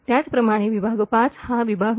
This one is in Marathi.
त्याचप्रमाणे विभाग ५ हा विभाग म्हणून